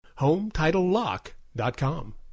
HomeTitleLock.com